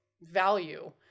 value